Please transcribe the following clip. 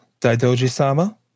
Daidoji-sama